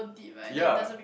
ya